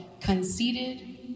conceited